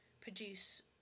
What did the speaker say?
produce